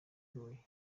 huye